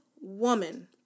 woman